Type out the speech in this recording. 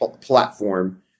platform